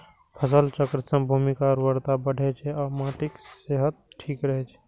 फसल चक्र सं भूमिक उर्वरता बढ़ै छै आ माटिक सेहत ठीक रहै छै